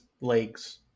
legs